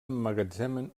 emmagatzemen